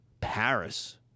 Paris